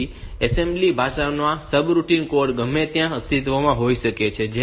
તેથી એસેમ્બલી ભાષામાં આ સબરૂટિન કોડ ગમે ત્યાં અસ્તિત્વમાં હોઈ શકે છે